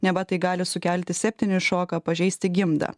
neva tai gali sukelti septinį šoką pažeisti gimdą